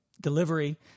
delivery